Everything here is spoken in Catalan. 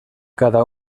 cada